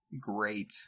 great